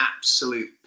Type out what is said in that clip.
absolute